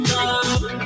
Love